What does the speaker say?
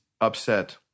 upset